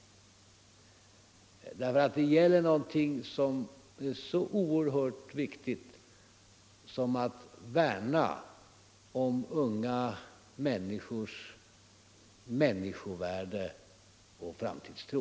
Det gäller någonting som är så oerhört viktigt som att värna om de ungas människovärde och framtidstro.